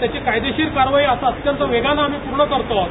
त्याची कायदेशीर कार्यवाही अत्यंत वेगाने आम्ही पूर्ण करीत आहोत